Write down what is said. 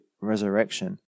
resurrection